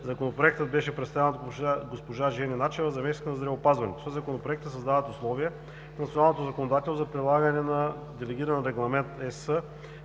Законопроектът беше представен от госпожа Жени Начева –заместник-министър на здравеопазването. Със Законопроекта се създават условия в националното законодателство за прилагане на Делегиран регламент (ЕС)